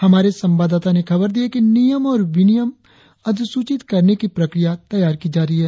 हमारे संवाददाता ने खबर दी है कि नियम और विनियम अधिसूचित करने की प्रक्रिया तैयार की जा रही है